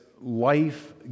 life